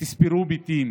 ותספרו מתים.